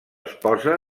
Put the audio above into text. esposa